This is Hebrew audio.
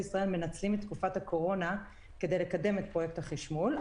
ישראל מנצלים את תקופת הקורונה כדי לקדם את פרויקט החשמול.